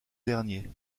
dernier